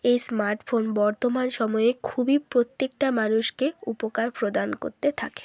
এই স্মার্টফোন বর্তমান সময়ে খুবই প্রত্যেকটা মানুষকে উপকার প্রদান করতে থাকে